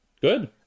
Good